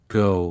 go